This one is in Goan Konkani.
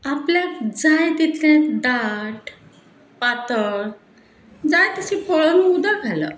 आपल्याक जाय तितलें दाट पातळ जाय तशें पळन उदक घालप